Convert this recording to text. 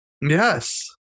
Yes